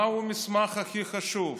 מהו המסמך הכי חשוב?